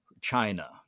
China